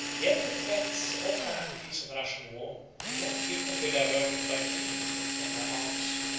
yet the threats or calamities of a russian war were more frequently diverted by treaty than by arms.